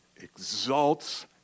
exalts